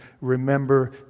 Remember